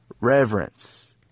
reverence